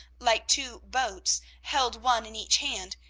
like two boats, held one in each hand,